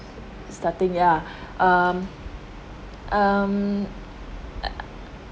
starting ya um um